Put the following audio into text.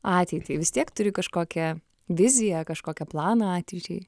ateitį vis tiek turi kažkokią viziją kažkokį planą ateičiai